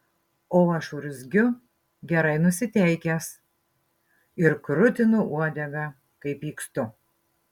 o aš urzgiu gerai nusiteikęs ir krutinu uodegą kai pykstu